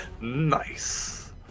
Nice